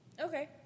Okay